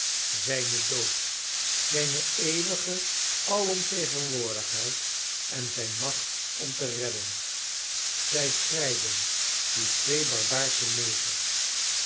zijn leven zijnen dood zijne eeuwige alomtegenwoordigheid en zijne macht om te redden zij schreiden die twee barbaarsche negers